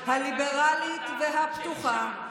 הליברלית והפתוחה.